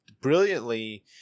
brilliantly